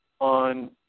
on